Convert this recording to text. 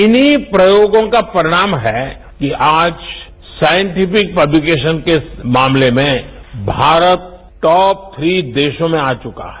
इन्हीं प्रयोगों का परिणाम है कि आज साइंटिफिक पब्लिकेशन के मामले में भारत टॉप थ्री देशों में आ चुका है